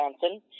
Johnson